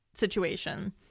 situation